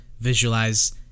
visualize